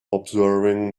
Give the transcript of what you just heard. observing